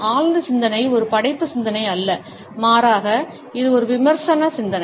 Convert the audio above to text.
ஆழ்ந்த சிந்தனை ஒரு படைப்பு சிந்தனை அல்ல மாறாக இது ஒரு விமர்சன சிந்தனை